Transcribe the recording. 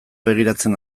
begiratzen